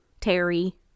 Terry